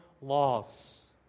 laws